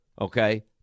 okay